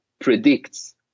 predicts